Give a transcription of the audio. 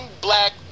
black